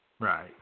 Right